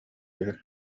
үһү